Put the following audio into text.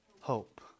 hope